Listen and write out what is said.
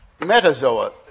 metazoa